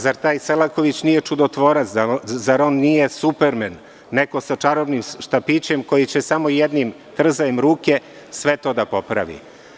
Zar taj Selaković nije čudotvorac, zar on nije supermen, neko sa čarobnim štapićem ko će samo jednim trzajem ruke sve to popraviti?